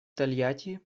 тольятти